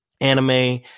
anime